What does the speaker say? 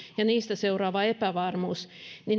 ja niistä seuraava epävarmuus